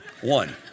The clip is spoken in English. one